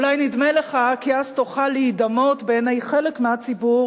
אולי נדמה לך כי אז תוכל להידמות בעיני חלק מהציבור